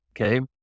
Okay